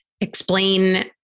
explain